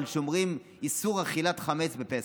שומרים איסור אכילת חמץ בפסח.